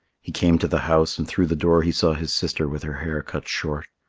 he came to the house, and through the door he saw his sister with her hair cut short.